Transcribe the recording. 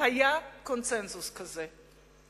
והיה קונסנזוס כזה.